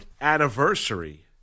anniversary